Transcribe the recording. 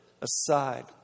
aside